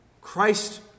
Christ